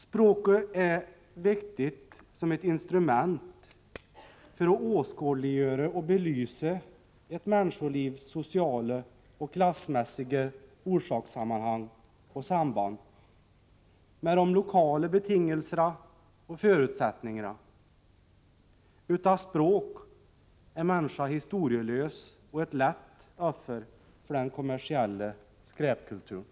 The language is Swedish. Språke är vektitt som ett instrument för å åskådliggjöre å belyse ett männscholivs sociale å klassmässige orsakssammanhang å sambann mä”röm lokale betingelserna å förutsättningera. Utta språk är männischa historielös å ett lätt öffer för den kommersielle skräpkultur'n.